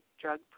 drug